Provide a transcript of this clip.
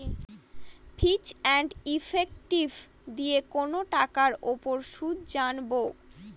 ফিচ and effective দিয়ে কোনো টাকার উপর সুদ জানবো